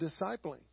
Discipling